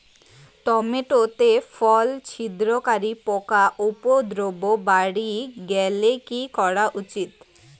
Tomato তে ফল ছিদ্রকারী পোকা উপদ্রব বাড়ি গেলে কি করা উচিৎ?